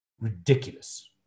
ridiculous